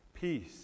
peace